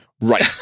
Right